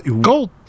gold